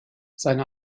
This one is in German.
seine